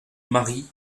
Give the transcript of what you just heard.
mari